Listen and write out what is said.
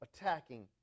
attacking